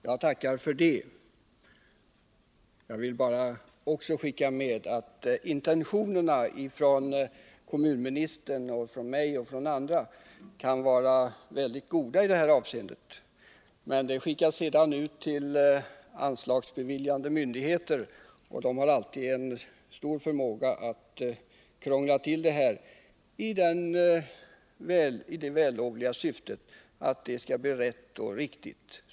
Herr talman! Jag tackar för det. Intentionerna från kommunministern, mig och andra kan vara väldigt goda i det här avseendet, men anvisningarna skickas ju sedan ut till anslagsbeviljande myndigheter, som brukar ha stor förmåga att krångla till Nr 83 det, i det vällovliga syftet att allt skall bli rätt och riktigt.